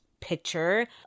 picture